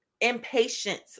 impatience